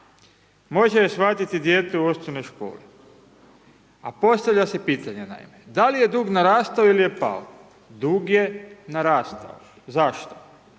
može je shvatiti dijete u osnovnoj školi, a postavlja se pitanje naime, da li je dug narastao ili je pao, dug je narastao, zašto,